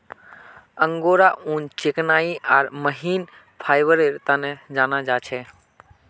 angora ऊन चिकनाई आर महीन फाइबरेर तने जाना जा छे